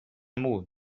mot